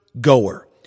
goer